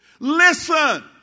Listen